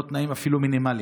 אפילו לא תנאים מינימליים.